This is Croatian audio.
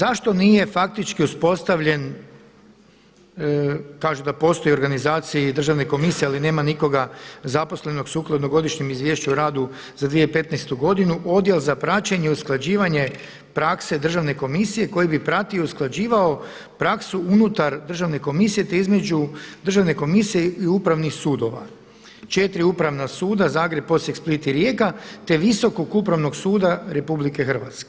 Dakle, zašto nije faktički uspostavljen, kažu da postoji organizacije i državne komisije ali nema nikoga zaposlenog sukladno godišnjem izvješću o radu za 2015. godinu odjel za praćenje, usklađivanje prakse državne komisije koji bi pratio i usklađivao praksu unutar Državne komisije te između Državne komisije i upravnih sudova, četiri upravna suda Zagreb, Osijek, Split i Rijeka te Visokog upravnog suda RH.